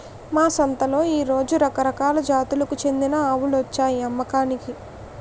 మా సంతలో ఈ రోజు రకరకాల జాతులకు చెందిన ఆవులొచ్చాయి అమ్మకానికి